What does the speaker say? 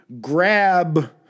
grab